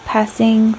passing